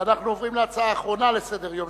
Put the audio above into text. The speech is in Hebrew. אנחנו עוברים להצעה האחרונה לסדר-היום,